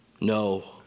no